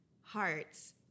hearts